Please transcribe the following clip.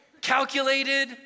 calculated